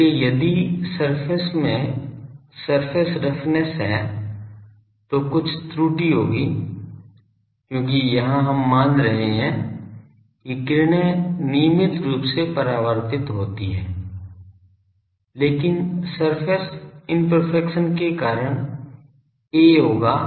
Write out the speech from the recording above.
इसलिए यदि सरफेस में सरफेस रफनेस है तो कुछ त्रुटि होगी क्योंकि यहां हम मान रहे हैं कि किरणें नियमित रूप से परावर्तित होती हैं लेकिन सरफेस इम्पर्फेक्शन के कारण a होगा